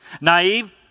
Naive